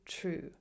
true